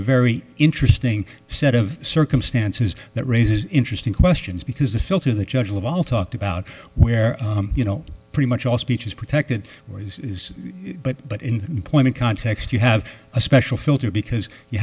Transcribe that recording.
very interesting set of circumstances that raises interesting questions because the filter the judge we've all talked about where you know pretty much all speech is protected where you but but in point of context you have a special filter because you